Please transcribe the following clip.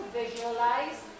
visualize